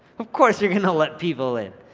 of course you're gonna let people in.